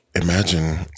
Imagine